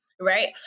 right